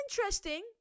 interesting